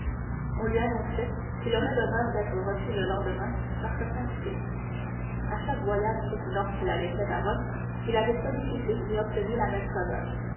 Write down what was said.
on lui annonçait qu'il aurait l'honneur d'être reçu le lendemain par sa sainteté à chaque voyage précédent qu'il avait fait à rome il avait sollicité et obtenu la même faveur